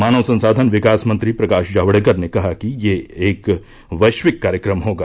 मानव संसाधन विकास मंत्री प्रकाश जावड़ेकर ने कहा कि ये एक वैश्विक कार्यक्रम होगा